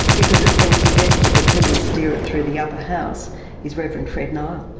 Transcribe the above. because it's been suggested that who would steer it through the upper house is reverend fred nile.